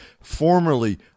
formerly